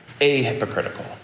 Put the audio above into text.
a-hypocritical